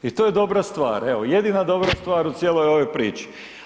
I to je dobra stvar, evo jedina dobra stvar u cijeloj ovoj priči.